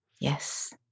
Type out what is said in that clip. Yes